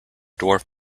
dwarf